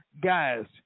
guys